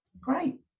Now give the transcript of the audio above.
Great